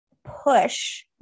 push